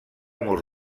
mur